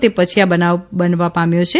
તે પછી આ બનાવ બન્યા પામ્યો છે